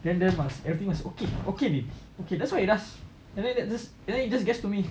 then everything must be okay okay baby that's what he does and then it just gets to me